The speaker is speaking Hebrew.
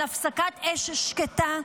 על הפסקת אש שקטה,